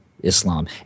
Islam